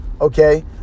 okay